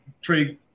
trade